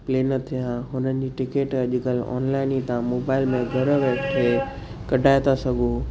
plain थिया हुननि जी टिकेट अॼुकल्ह ऑनलाइन ई तव्हां मोबाइल में घर वेठे कढाए था सघो